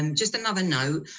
um just another note,